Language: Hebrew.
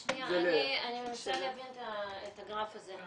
שנייה, אני מנסה להבין את הגרף הזה.